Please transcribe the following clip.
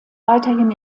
weiterhin